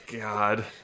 God